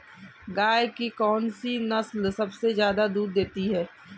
गाय की कौनसी नस्ल सबसे ज्यादा दूध देती है?